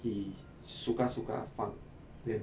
he suka suka 放 when